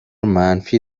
منفی